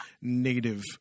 native